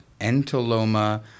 Entoloma